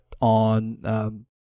on